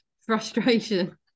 frustration